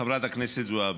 חברת הכנסת זועבי,